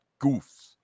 goofs